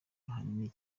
ahanini